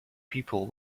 people